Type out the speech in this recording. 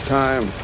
time